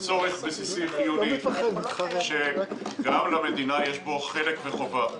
צורך בסיסי חיוני שגם למדינה יש בו חלק וחובה.